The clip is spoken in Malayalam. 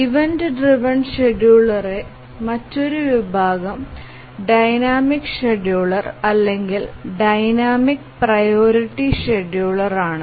ഇവന്റ് ഡ്രൈവ്എൻ ഷെഡ്യൂളറിന്റെ മറ്റൊരു വിഭാഗം ഡൈനാമിക് ഷെഡ്യൂളർ അല്ലെങ്കിൽ ഡൈനാമിക് പ്രയോറിറ്റി ഷെഡ്യൂളർ ആണ്